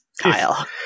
Kyle